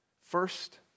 First